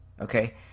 okay